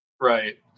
Right